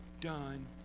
done